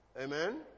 Amen